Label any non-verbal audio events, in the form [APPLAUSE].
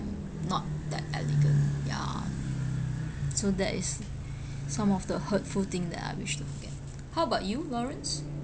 not that elegant ya so that is [BREATH] some of the hurtful thing that I wish to forget how about you lawrence